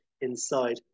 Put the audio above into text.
inside